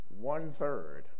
one-third